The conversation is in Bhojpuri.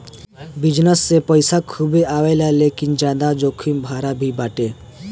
विजनस से पईसा खूबे आवेला लेकिन ज्यादा जोखिम भरा भी बाटे